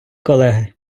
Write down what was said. колеги